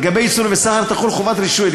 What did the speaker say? לגבי ייצור וסחר, תחול חובת רישוי.